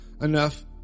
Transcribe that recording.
enough